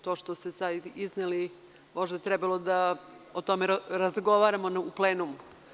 To što ste sad izneli možda bi trebalo da o tome razgovaramo u plenumu.